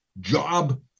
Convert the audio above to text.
job